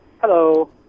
Hello